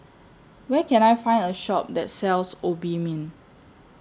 Where Can I Find A Shop that sells Obimin